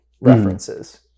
references